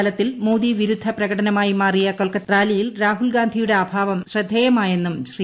ഫലത്തിൽ മോദി വിരുദ്ധ പ്രകടനമായി മാറിയ കൊൽക്കത്ത റാലിയിൽ രാഹുൽ ഗാന്ധിയുടെ അഭാവം ശ്രദ്ധേയമായെന്നും ശ്രീ